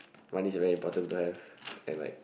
money is very important to have and like